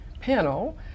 panel